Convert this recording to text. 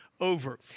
over